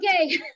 Okay